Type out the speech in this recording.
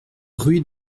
rue